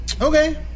Okay